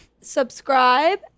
subscribe